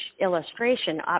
illustration